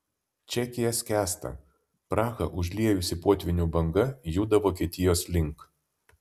čekija skęsta prahą užliejusi potvynių banga juda vokietijos link